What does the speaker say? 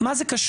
מה זה קשור?